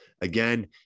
Again